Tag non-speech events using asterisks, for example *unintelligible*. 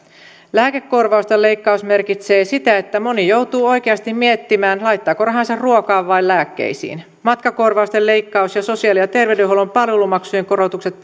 lääkekorvausten leikkaus merkitsee sitä että moni joutuu oikeasti miettimään laittaako rahansa ruokaan vai lääkkeisiin matkakorvausten leikkaus ja sosiaali ja terveydenhuollon palvelumaksujen korotukset *unintelligible*